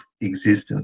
existence